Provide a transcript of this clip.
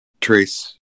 trace